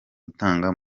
gutanga